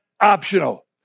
optional